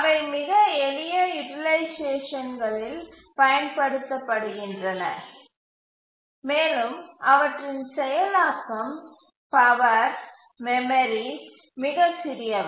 அவை மிக எளிய யூட்டிலைசேஷன் களில் பயன்படுத்தப்படுகின்றன மேலும் அவற்றின் செயலாக்கம் பவர் மெமரி மிகச் சிறியவை